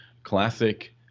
classic